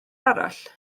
arall